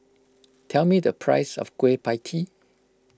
tell me the price of Kueh Pie Tee